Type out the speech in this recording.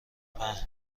پهن